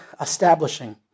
establishing